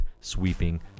sweeping